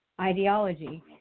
ideology